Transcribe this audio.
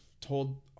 told